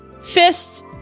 Fists